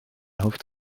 hoofd